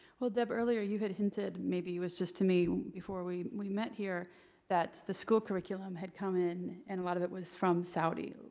well, deb, earlier, you had hinted maybe it was just to me before we we met here that the school curriculum had come in, and a lot of it was from saudi,